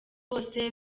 bose